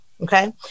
okay